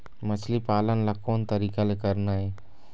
मछली पालन ला कोन तरीका ले करना ये?